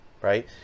right